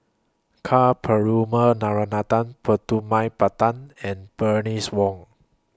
Ka Perumal Narana Putumaippittan and Bernice Wong